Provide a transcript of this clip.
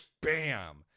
bam